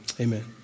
amen